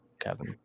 Kevin